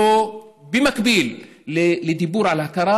במקביל לדיבור על הכרה,